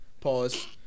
Pause